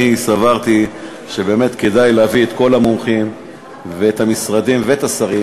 אני סברתי שבאמת כדאי להביא את כל המומחים ואת המשרדים ואת השרים,